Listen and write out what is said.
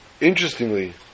Interestingly